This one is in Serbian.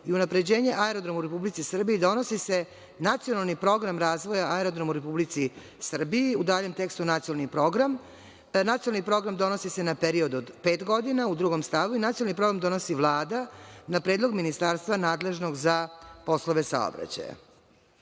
i unapređenje aerodroma u Republici Srbiji donosi se nacionalni program razvoja u Republici Srbiji, u daljem tekstu – nacionalni program.“ Taj nacionalni program donosi se na period od pet godina, u drugom stavu, i nacionalni program donosi Vlada, na predlog ministarstva nadležnog za poslove saobraćaja. Drugi